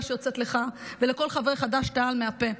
שיוצאת לך ולכל חברי חד"ש-תע"ל מהפה.